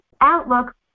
outlook